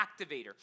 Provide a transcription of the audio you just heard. activator